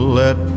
let